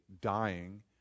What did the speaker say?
dying